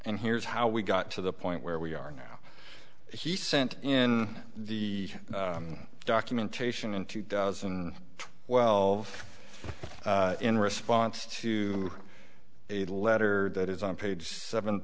and here's how we got to the point where we are now he sent in the documentation in two thousand and twelve in response to a letter that is on page seven